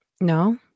No